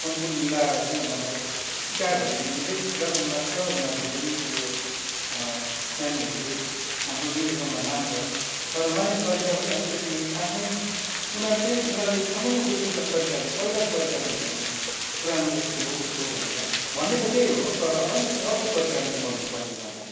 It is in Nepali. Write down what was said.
कुन कुन मिलाएर चाहिँ उनीहरूलाई सिकायो भनदेखि चाहिँ जहाँसम्म लाग्छ उनीहरूले पनि त्यो नानीहरूले हाम्रो निर्देशनलाई मान्छ तर मान्ने तरिका पनि अलिकति आफ्नै उनीहरूकै उनीहरूले छर्लङ्गै बुझ्ने तरिका पहिलाको तरिकाले हुँदैन पुरानो यस्तो हो उस्तो हो भनेर भन्ने त त्यही हो तर अलिकति अर्को तरिकाले भन्नु पऱ्यो उनीहरूलाई